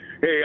Hey